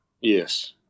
Yes